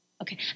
Okay